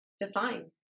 define